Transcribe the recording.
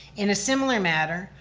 in a similar matter,